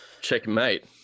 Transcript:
checkmate